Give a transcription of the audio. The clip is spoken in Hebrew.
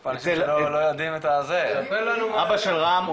יש פה אנשים שלא יודעים את זה אבא של רם הוא